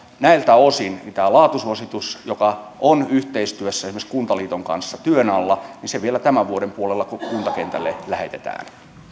näiltä osin se mikä on laatusuositus joka on yhteistyössä esimerkiksi kuntaliiton kanssa työn alla vielä tämän vuoden puolella kuntakentälle lähetetään